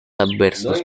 adversos